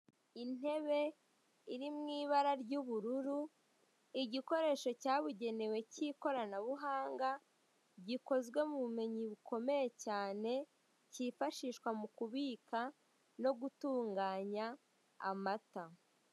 Intebe iri mu ibara ry'ubururu, igikoresho cyabugenewe cy'ikoranabuhanga, gikozwe mu bumenyi bukomeye cyane, kifashishwa mu kubika no gutunganya amata.